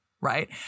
Right